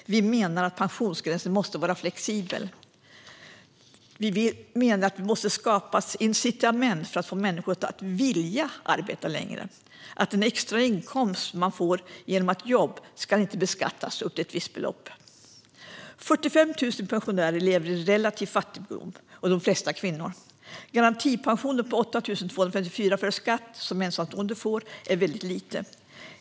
Vi menar att pensionsgränsen måste vara flexibel. Vi menar att det måste skapas incitament för att få människor att vilja arbeta längre, som att den extra inkomst man får genom jobb inte ska beskattas upp till ett visst belopp. Det är 45 000 pensionärer som lever i relativ fattigdom, och de flesta är kvinnor. Garantipensionen på 8 254 kronor före skatt som ensamstående får är väldigt låg.